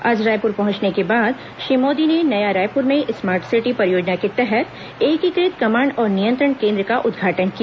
आज रायपुर पहुंचने के बाद श्री मोदी ने नया रायपुर में स्मार्ट सिटी परियोजना के तहत एकीकृत कमांड और नियंत्रण केंद्र का उदघाटन किया